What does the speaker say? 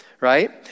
Right